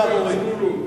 תודה.